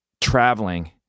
traveling